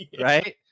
right